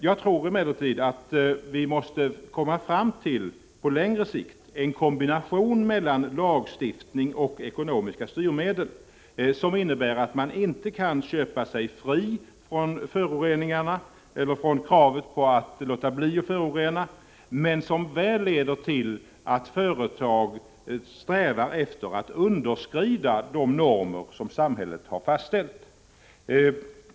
Jag tror emellertid att vi på längre sikt måste komma fram till en kombination av lagstiftning och ekonomiska styrmedel som innebär att man inte kan köpa sig fri från föroreningarna eller från kravet på att låta bli att förorena utan i stället leder till att företag strävar efter att underskrida de normer som samhället har fastställt.